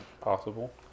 possible